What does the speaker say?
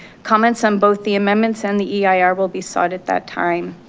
comments on both the amendments and the eir will be sought at that time.